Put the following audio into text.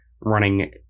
running